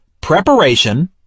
preparation